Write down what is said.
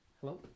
Hello